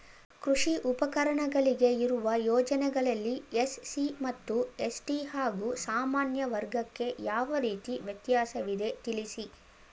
ಕೃಷಿ ಉಪಕರಣಗಳಿಗೆ ಇರುವ ಯೋಜನೆಗಳಲ್ಲಿ ಎಸ್.ಸಿ ಮತ್ತು ಎಸ್.ಟಿ ಹಾಗೂ ಸಾಮಾನ್ಯ ವರ್ಗಕ್ಕೆ ಯಾವ ರೀತಿ ವ್ಯತ್ಯಾಸವಿದೆ ತಿಳಿಸಿ?